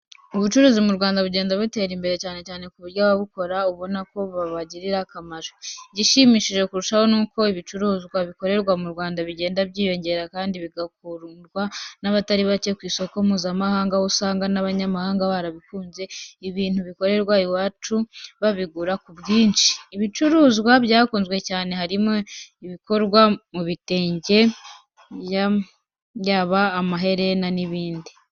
Ubucuruzi mu Rwanda bugenda butera imbere cyane ku buryo ababukora ubonako bubagirira akamaro. Igishimishije kurushaho nuko ibicuruzwa bikorerwa mu Rwanda bigenda byiyongera kandi bigakundwa n'abatari bake ku isoko mpuzamahanga aho usanga n'abanyamahanga barakunze ibintu bikorerwa iwacu babigura ku bwinshi. Ibicuruzwa byakunzwe cyane harimo ibikorwa mu bitenge yaba amaherena n'ibindi.